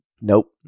Nope